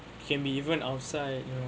can be even outside you know